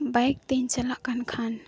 bike ᱛᱤᱧ ᱪᱟᱞᱟᱜ ᱠᱟᱱ ᱠᱷᱟᱱ